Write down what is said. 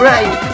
Right